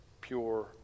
pure